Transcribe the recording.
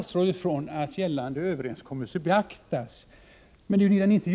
Statsrådet utgår från att gällande överenskommelse beaktas, men så är det inte.